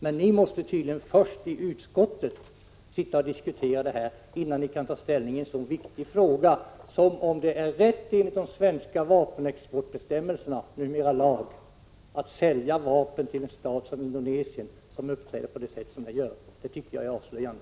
Men ni måste tydligen först i utskottet sitta och diskutera, innan ni kan ta ställning i en så viktig fråga som om det är rätt enligt de svenska vapenexportbestämmelserna — numera fastställda i lag — att sälja vapen till en stat som Indonesien, som uppträder på det sätt som den gör. Det tycker jag är avslöjande.